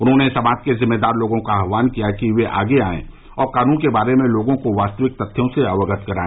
उन्होंने समाज के जिम्मेदार लोगों का आहवान किया कि वे आगे आए और कानून के बारे में लोगों को वास्तविक तथ्यों से अवगत कराए